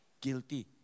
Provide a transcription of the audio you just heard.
Guilty